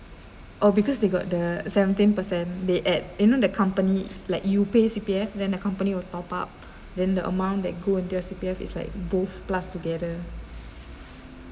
oh because they got the seventeen percent they add you know the company like you pay C_P_F then the company will top up then the amount that go into your C_P_F is like both plus together